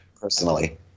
personally